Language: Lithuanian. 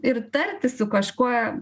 ir tartis su kažkuo